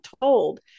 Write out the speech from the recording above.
told